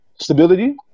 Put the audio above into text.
stability